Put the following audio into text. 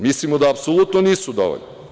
Mi mislimo da apsolutno nisu dovoljni.